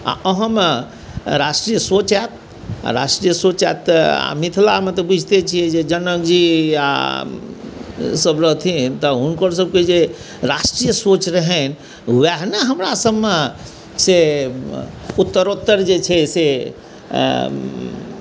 अहाँमे राष्ट्रीय सोच आएत आओर राष्ट्रीय सोच आएत तऽ मिथिलामे बुझिते छै जे जनकजी आओर सब रहथिन तऽ हुनकरसबके जे राष्ट्रीय सोच रहनि वएह ने हमरासबमे से उत्तरोत्तर जे छै से